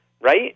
right